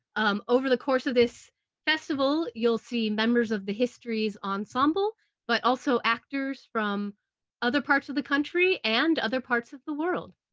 um, over the course of this festival you'll see members of the histories ensemble but also actors from other parts of the country and other parts of the world.